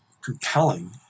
compelling